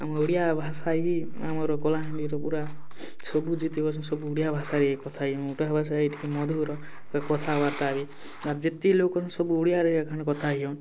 ଆମର ଓଡ଼ିଆ ଭାଷା ହିଁ ଆମର କଳାହାଣ୍ଡିର ପୁରା ସବୁ ଯେତିକି ଅଛନ୍ତି ସବୁ ଓଡ଼ିଆ ଭାଷା ହିଁ କଥା ହେବା ଓଡ଼ିଆ ଭାଷା ମଧୁର ତ କଥାବାର୍ତ୍ତା ବି ଆଉ ଯେତିକି ଲୋକ ସବୁ ଓଡ଼ିଆରେ ହିଁ ଏଖନେ କଥା ହେଅନ